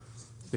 כן.